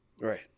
Right